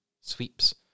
sweeps